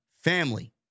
family